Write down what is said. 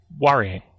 worrying